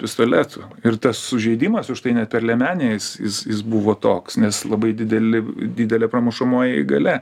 pistoletu ir tas sužeidimas už tai net per liemenę jis jis jis buvo toks nes labai dideli didelė pramušamoji galia